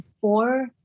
four